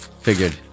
figured